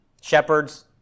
Shepherds